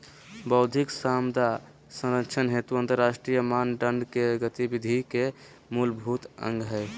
बौद्धिक संपदा संरक्षण हेतु अंतरराष्ट्रीय मानदंड के गतिविधि के मूलभूत अंग हइ